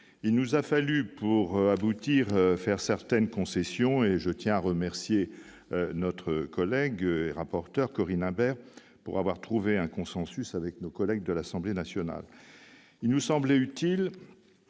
Il nous a fallu, pour aboutir, faire certaines concessions. Je tiens d'ailleurs à remercier ma collègue et rapporteur, Corinne Imbert, d'avoir trouvé un consensus avec nos collègues de l'Assemblée nationale. Il nous semblait utile